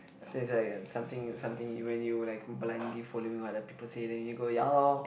so is like something something when you like blindly following what other people say then you go ya lor